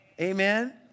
Amen